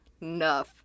enough